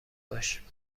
باش